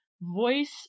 Voice